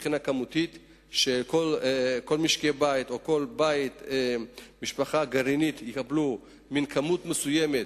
שכל משקי הבית או כל משפחה גרעינית תקבל כמות מסוימת,